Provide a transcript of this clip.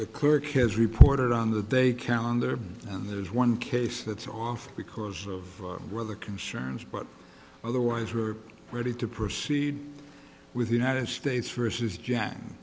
the clerk has reported on the day calendar and there's one case that's off because of weather concerns but otherwise we're ready to proceed with the united states versus j